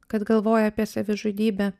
kad galvoja apie savižudybę